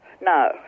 No